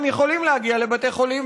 הם יכולים להגיע לבתי חולים,